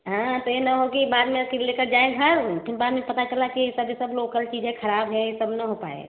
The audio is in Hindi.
हाँ तो यह ना हो कि बाद में अकेले लेकर जाए घर तो बात में पता चला कि सब यह सब लोकल चीज़ें खराब है तब ना हो पाए